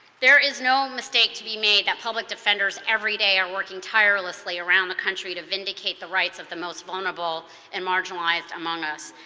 there is no mistake to be made that public defenders every day are working tirelessly around the country to vindicate the rights of the most honorable and marginalized among us,